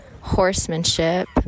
horsemanship